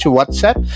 WhatsApp